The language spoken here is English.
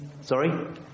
sorry